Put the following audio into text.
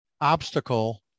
obstacle